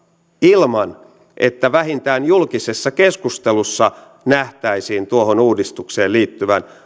ilman että vähintään julkisessa keskustelussa nähtäisiin tuohon uudistukseen liittyvän